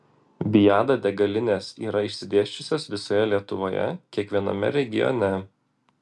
viada degalinės yra išsidėsčiusios visoje lietuvoje kiekviename regione